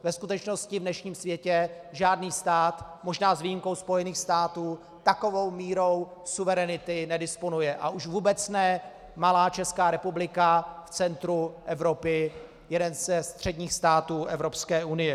Ve skutečnosti v dnešním světě žádný stát, možná s výjimkou Spojených států, takovou mírou suverenity nedisponuje, a už vůbec ne malá Česká republika v centru Evropy, jeden ze středních států Evropské unie.